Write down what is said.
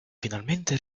finalmente